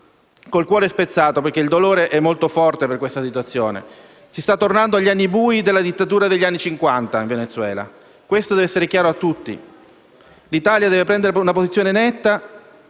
il cuore spezzato, perché il dolore è molto forte per questa situazione: si sta tornando agli anni bui della dittatura degli anni Cinquanta. Questo deve essere chiaro a tutti. L'Italia deve prendere una posizione netta